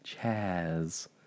Chaz